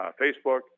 Facebook